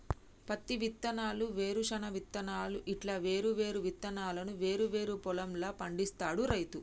పత్తి విత్తనాలు, వేరుశన విత్తనాలు ఇట్లా వేరు వేరు విత్తనాలను వేరు వేరు పొలం ల పండిస్తాడు రైతు